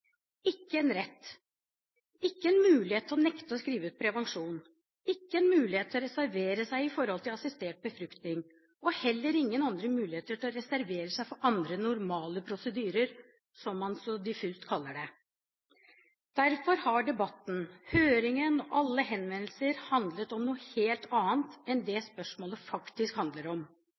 ikke en rett, ikke en mulighet til å nekte å skrive ut prevensjon, ikke en mulighet til å reservere seg i forhold til assistert befruktning og heller ingen andre muligheter til å reservere seg for «andre normale prosedyrer», som man så diffust kaller det. Derfor har debatten, høringen og alle henvendelser handlet om noe helt annet enn det spørsmålet faktisk handler om.